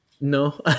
No